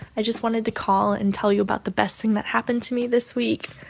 i just wanted to call and tell you about the best thing that happened to me this week.